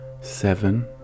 seven